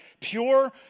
pure